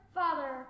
father